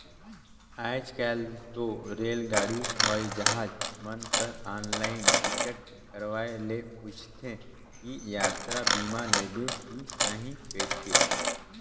आयज कायल तो रेलगाड़ी हवई जहाज मन कर आनलाईन टिकट करवाये ले पूंछते कि यातरा बीमा लेबे की नही कइरके